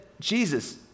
Jesus